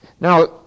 Now